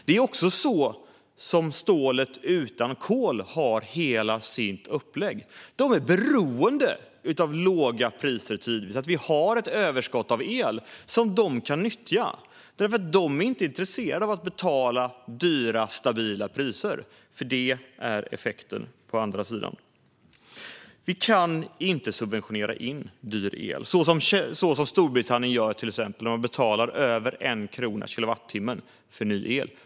Det är också så hela upplägget för stål utan kol ser ut. De är beroende av tidvis låga priser - att vi har ett överskott av el som de kan nyttja. De är inte intresserade av att betala dyra, stabila priser, vilket är effekten på andra sidan. Vi kan inte subventionera in dyr el, så som till exempel Storbritannien gör när man betalar över 1 krona per kilowattimme för ny el.